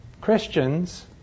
Christians